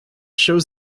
shows